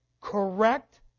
correct